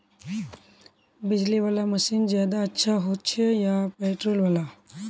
बिजली वाला मशीन ज्यादा अच्छा होचे या पेट्रोल वाला?